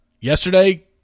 yesterday